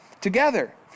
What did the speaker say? together